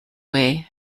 way